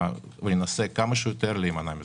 ננסה ככל הניתן להימנע מזה.